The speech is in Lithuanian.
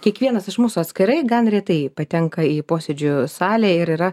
kiekvienas iš mūsų atskirai gan retai patenka į posėdžių salę ir yra